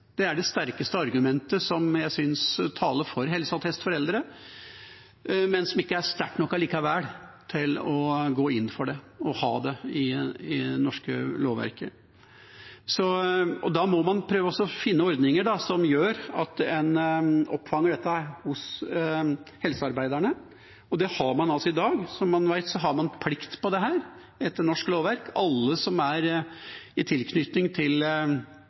det an. Det er ikke så lett. Det er det sterkeste argumentet som jeg synes taler for helseattest for eldre, men det er allikevel ikke sterkt nok til å gå inn for å ha det i det norske lovverket. Da må man prøve å finne ordninger som gjør at man fanger opp dette hos helsearbeiderne. Det har man i dag. Som man vet, har man plikt til dette etter norsk lovverk. Alle som har tilknytning til